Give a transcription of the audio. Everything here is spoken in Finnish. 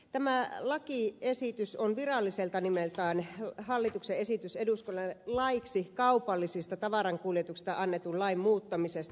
tämä lakiesitys on viralliselta nimeltään hallituksen esitys eduskunnalle laiksi kaupallisista tavarankuljetuksista annetun lain muuttamisesta